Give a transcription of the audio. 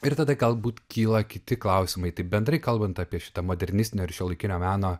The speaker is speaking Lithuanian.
ir tada galbūt kyla kiti klausimai tai bendrai kalbant apie šitą modernistinio ir šiuolaikinio meno